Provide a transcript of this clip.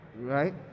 Right